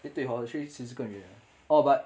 eh 对 hor actually 其实更远 leh orh but